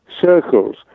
circles